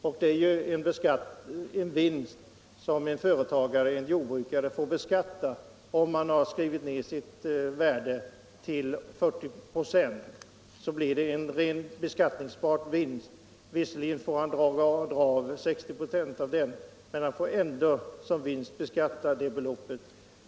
och det räknas som en vinst som företagaren-jordbrukaren får beskatta. Om han skriver ner värdet till 40 96 blir det en reell beskattningsbar vinst. Visserligen får han dra av 60 4 men resten beskattas som vinst.